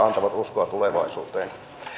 antavat uskoa tulevaisuuteen